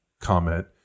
comment